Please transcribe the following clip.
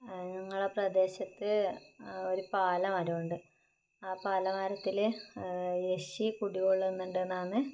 ഞങ്ങളെ പ്രദേശത്ത് ഒരു പാല മരമുണ്ട് ആ പാലമരത്തിൽ യക്ഷി കുടികൊള്ളുന്നുണ്ടെന്നാണ്